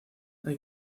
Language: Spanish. hay